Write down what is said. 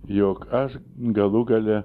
jog aš galų gale